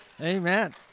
Amen